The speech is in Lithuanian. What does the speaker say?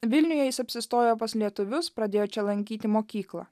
vilniuje jis apsistojo pas lietuvius pradėjo čia lankyti mokyklą